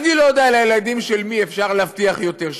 אני לא יודע על הילדים של מי אפשר להבטיח יותר.